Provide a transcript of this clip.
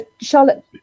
Charlotte